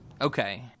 Okay